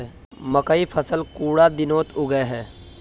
मकई फसल कुंडा दिनोत उगैहे?